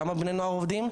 כמה בני נוער עובדים?